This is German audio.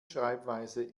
schreibweise